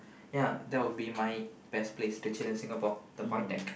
ya that would be my best place to chill in Singapore the void deck